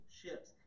ships